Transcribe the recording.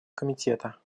комитета